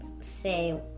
say